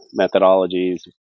methodologies